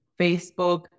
Facebook